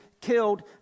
killed